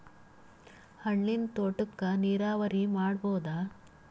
ಹಣ್ಣಿನ್ ತೋಟಕ್ಕ ನೀರಾವರಿ ಮಾಡಬೋದ?